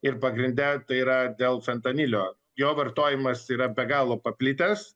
ir pagrinde tai yra dėl fentanilio jo vartojimas yra be galo paplitęs